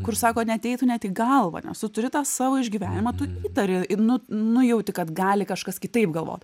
kur sako neateitų net į galvą nes tu turi tą savo išgyvenimą tu įtari ir nu nu jauti kad gali kažkas kitaip galvot